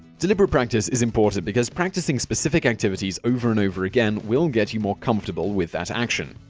deliberate practice is important because practicing specific activities over and over again will get you more comfortable with that action.